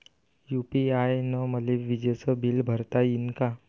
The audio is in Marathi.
यू.पी.आय न मले विजेचं बिल भरता यीन का?